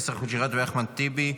יאסר חוג'יראת ואחמד טיבי.